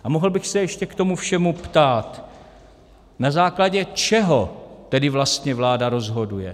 A mohl bych se ještě k tomu všemu ptát: Na základě čeho tedy vlastně vláda rozhoduje?